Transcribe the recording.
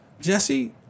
Jesse